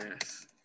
Yes